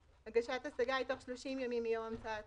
הגשת השגה היא בתוך 30 ימים מיום הוצאת השומה.